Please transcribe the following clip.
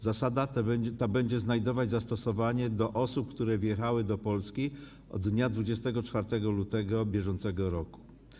Zasada ta będzie znajdować zastosowanie do osób, które wjechały do Polski od dnia 24 lutego br.